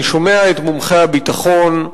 אני שומע את מומחי הביטחון,